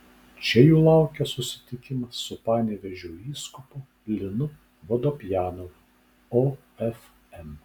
čia jų laukia susitikimas su panevėžio vyskupu linu vodopjanovu ofm